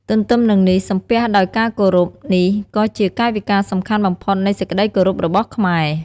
ទន្ទឹមនឹងនេះ សំពះដោយការគោរព នេះក៏ជាកាយវិការសំខាន់បំផុតនៃសេចក្តីគោរពរបស់ខ្មែរ។